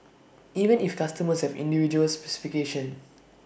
even if customers have individual specifications